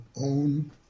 own